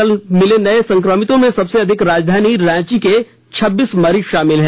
कल मिले नए संक्रमितों में सबसे अधिक राजधानी रांची के छब्बीस मरीज शामिल हैं